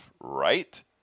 right